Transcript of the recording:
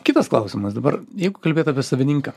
kitas klausimas dabar jeigu kalbėt apie savininką